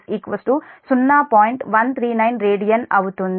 139 rad అవుతుంది